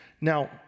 Now